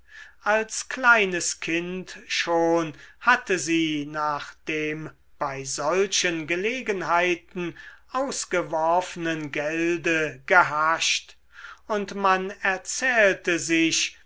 als kleines kind schon hatte sie nach dem bei solchen gelegenheiten ausgeworfenen gelde gehascht und man erzählte sich